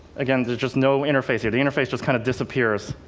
again, there's just no interface here. the interface just kind of disappears.